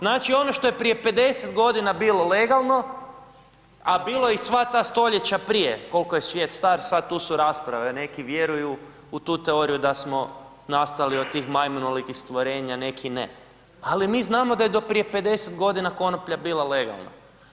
Znači ono što je prije 50.g. bilo legalno, a bilo je i sva ta stoljeća prije kolko je svijet star, sad tu su rasprave, neki vjeruju u tu teoriju da smo nastali od tih majmunolikih stvorenja, neki ne, ali mi znamo da je do prije 50.g. konoplja bila legalna.